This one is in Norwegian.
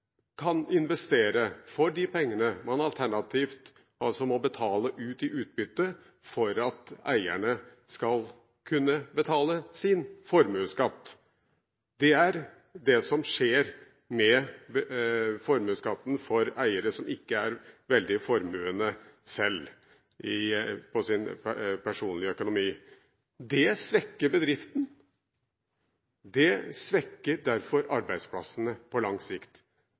eierne skal kunne betale sin formuesskatt. Det er det som skjer med formuesskatten for eiere som ikke er veldig formuende selv i sin personlige økonomi. Det svekker bedriften, det svekker derfor arbeidsplassene på lang sikt.